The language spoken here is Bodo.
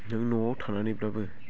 नों न'आव थानानैब्लाबो